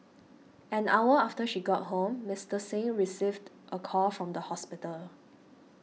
an hour after she got home Mister Singh received a call from the hospital